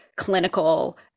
clinical